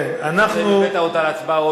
כן, אנחנו, הבאת אותה להצבעה?